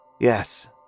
Yes